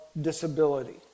disability